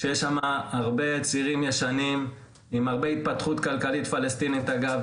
שיש שם הרבה צירים ישנים עם הרבה התפתחות כלכלית פלסטינית אגב,